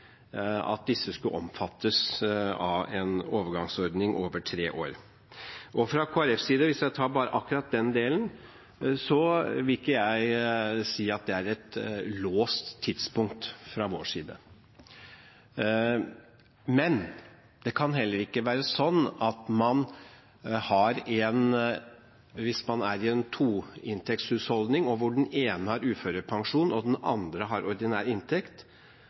at disse skulle omfattes av en overgangsordning over tre år. Fra Kristelig Folkepartis side – hvis jeg tar bare akkurat den delen – vil jeg ikke si at dette er et låst tidspunkt. Men det kan heller ikke være sånn at man, hvis man er i en toinntektshusholdning hvor den ene har uførepensjon og den andre har ordinær inntekt,